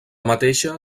mateixa